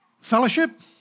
Fellowship